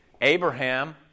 Abraham